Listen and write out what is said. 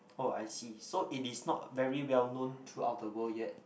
oh I see so it is not very well known throughout the world yet